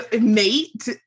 mate